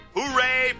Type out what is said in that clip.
Hooray